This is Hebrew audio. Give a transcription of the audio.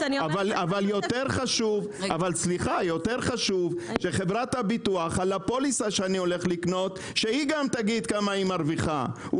אבל יותר חשוב מכך זה שחברת הביטוח גם תגיד כמה היא מרוויחה על הפוליסה